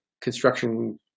construction